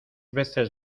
veces